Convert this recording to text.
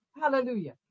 hallelujah